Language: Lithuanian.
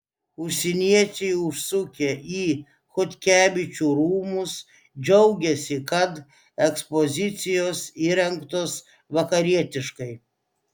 užsieniečiai užsukę į chodkevičių rūmus džiaugiasi kad ekspozicijos įrengtos vakarietiškai